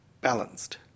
balanced